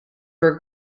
were